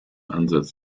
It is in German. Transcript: ansatz